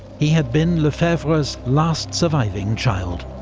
he had been lefebvre's last surviving child,